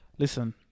Listen